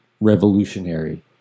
revolutionary